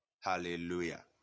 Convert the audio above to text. Hallelujah